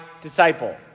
disciple